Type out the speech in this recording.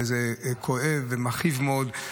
זה כואב ומכאיב מאוד,